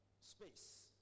space